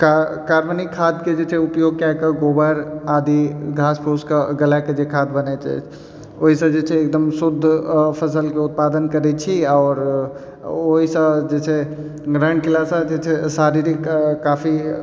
का कार्बनिक खाद्यके जे छै उपयोग कए कऽ गोबर आदि घास फुसके गलाकेँ जे खाद्य बनै छै ओहिसँ जे छै एकदम शुद्ध फसलके उत्पादन करैत छी आओर ओहिसँ जे छै ग्रहण कयलासँ जे छै शारीरिक काफी